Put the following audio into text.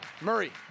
Murray